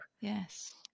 yes